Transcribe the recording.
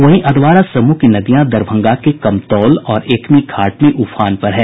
वहीं अधवारा समूह की नदियां दरभंगा के कमतौल और एकमी घाट में उफान पर है